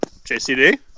JCD